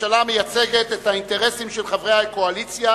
הממשלה מייצגת את האינטרסים של חברי הקואליציה